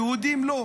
היהודים לא.